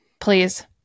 Please